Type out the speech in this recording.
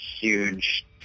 huge